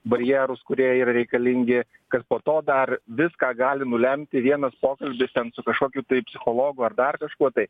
barjerus kurie yra reikalingi kad po to dar viską gali nulemti vienas pokalbis ten su kažkokiu tai psichologu ar dar kažkuo tai